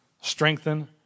strengthen